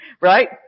right